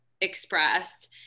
expressed